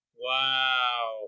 Wow